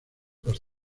los